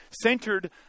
centered